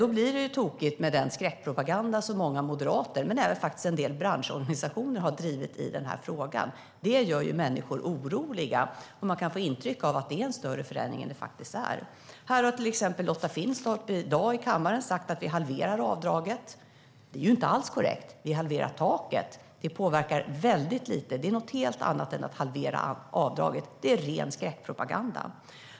Då blir det tokigt med den skräckpropaganda som många moderater och även en del branschorganisationer bedriver i denna fråga. Det gör människor oroliga, och de kan få intryck av att det är en större förändring än det faktiskt är. Lotta Finstorp har i kammaren i dag sagt att vi halverar avdraget. Det är inte alls korrekt. Vi halverar taket, och det påverkar väldigt lite. Det är något helt annat än att halvera avdraget. Det är ren skräckpropaganda.